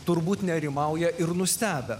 turbūt nerimauja ir nustebę